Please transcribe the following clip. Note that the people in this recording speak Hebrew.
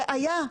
זה היה.